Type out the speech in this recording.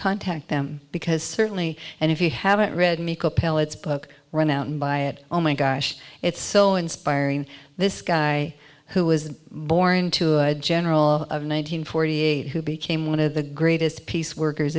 contact them because certainly and if you haven't read make up tell it's book run out and buy it oh my gosh it's so inspiring this guy who was born to a general of nine hundred forty eight who became one of the greatest peace workers